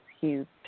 huge